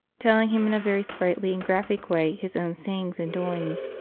telling him in a very sprightly and graphic way his own sayings and doings,